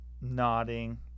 Nodding